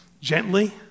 gently